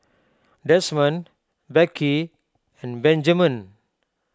Desmond Becky and Benjaman